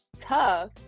tough